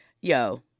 Yo